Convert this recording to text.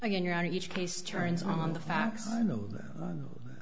again you're on each case turns on the facts i know that i know that